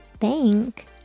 thank